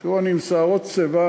תראו, אני עם שערות שיבה,